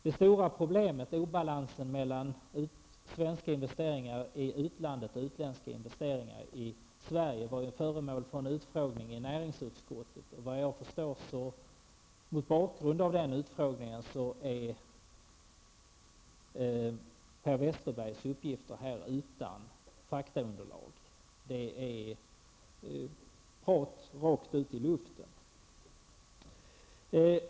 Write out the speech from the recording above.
Det stora problemet, obalansen mellan svenska investeringar i utlandet och utländska investeringar i Sverige, har varit föremål för en utfrågning i näringsutskottet. Mot bakgrund av vad som framkom vid denna utredning är såvitt jag förstår Per Westerbergs uppgifter här utan faktaunderlag. Det är prat rakt ut i luften.